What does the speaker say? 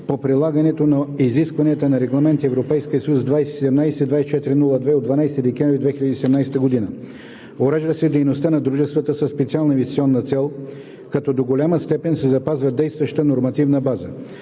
по прилагането на изискванията на Регламент (ЕС) 2017/2402 от 12 декември 2017 г. Урежда се дейността на дружествата със специална инвестиционна цел, като до голяма степен се запазва действащата нормативна база.